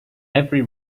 every